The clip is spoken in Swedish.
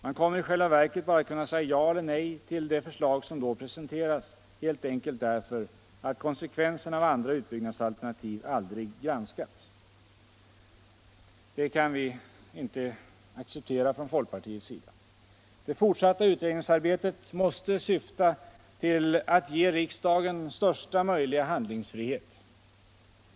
Man kommer i själva verket bara att kunna säga ja eller nej till det förslag som då presenteras — helt enkelt därför att konsekvenserna av andra utbyggnadsalternativ aldrig granskats. Det kan vi inte acceptera från folkpartiets sida. Det fortsatta utredningsarbetet måste syfta till att ge riksdagen största möjliga handlingsfrihet.